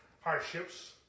hardships